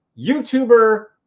YouTuber